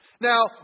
Now